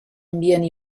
ambient